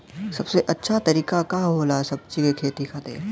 सबसे अच्छा तरीका का होला सब्जी के खेती खातिर?